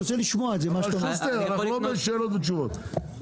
אנחנו לא בשאלות ותשובות,